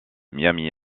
miami